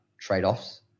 trade-offs